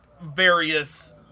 various